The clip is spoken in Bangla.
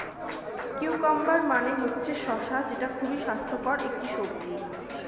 কিউকাম্বার মানে হচ্ছে শসা যেটা খুবই স্বাস্থ্যকর একটি সবজি